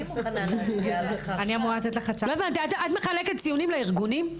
את מחלקת ציונים לארגונים?